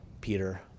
Peter